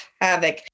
havoc